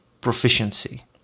proficiency